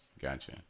Gotcha